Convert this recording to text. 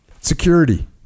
security